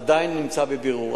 עדיין נמצא בבירור.